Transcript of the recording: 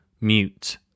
Mute